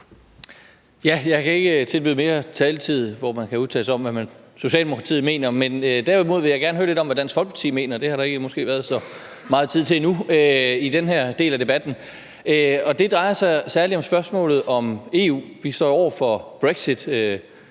Jeg kan ikke tilbyde mere taletid, hvor man kan udtale sig om, hvad Socialdemokratiet mener, men derimod vil jeg gerne høre lidt om, hvad Dansk Folkeparti mener. Det har der måske ikke været så meget tid til at høre om endnu i den her del af debatten. Det drejer sig særlig om spørgsmålet om EU. Vi står jo over for brexit.